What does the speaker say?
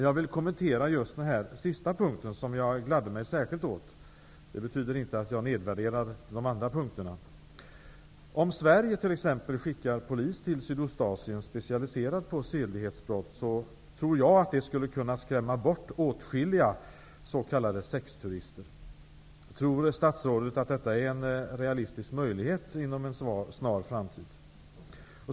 Jag vill komentera den sista punkten, som jag gladde mig särskilt åt. Det betyder inte att jag nedvärderar de andra punkterna. Om Sverige t.ex. skickar polis till Sydostasien, specialiserad på sedlighetsbrott, så tror jag att det skulle kunna skrämma bort åtskilliga s.k. sexturister. Tror statsrådet att detta är en realistisk möjlighet inom en snar framtid?